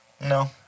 No